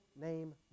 name